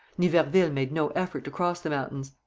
niverville made no effort to cross the mountains.